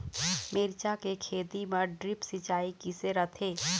मिरचा के खेती म ड्रिप सिचाई किसे रथे?